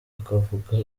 akavuga